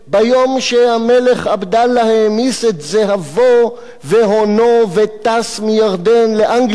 ביום שהמלך עבדאללה העמיס את זהבו והונו וטס מירדן לאנגליה,